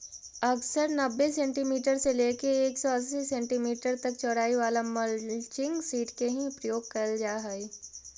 अक्सर नब्बे सेंटीमीटर से लेके एक सौ अस्सी सेंटीमीटर तक चौड़ाई वाला मल्चिंग सीट के ही प्रयोग कैल जा हई